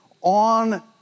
on